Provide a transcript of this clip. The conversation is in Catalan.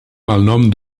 malnom